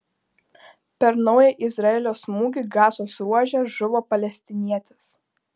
per naują izraelio smūgį gazos ruože žuvo palestinietis